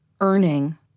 earning